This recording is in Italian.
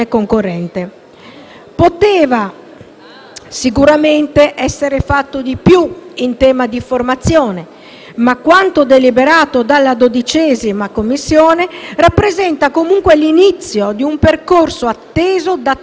concorrente. Poteva sicuramente essere fatto di più in tema di formazione, ma quanto deliberato dalla 12a Commissione rappresenta comunque l'inizio di un percorso atteso da